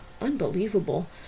unbelievable